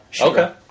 Okay